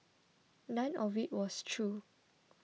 none of it was true